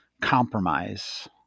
compromise